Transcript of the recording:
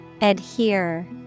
Adhere